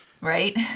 Right